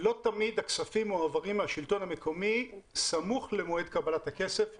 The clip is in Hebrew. לא תמיד הכספים מועברים מהשלטון המקומי סמוך לקבלת הכסף מהמדינה.